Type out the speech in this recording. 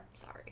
Sorry